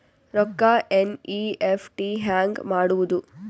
ರೊಕ್ಕ ಎನ್.ಇ.ಎಫ್.ಟಿ ಹ್ಯಾಂಗ್ ಮಾಡುವುದು?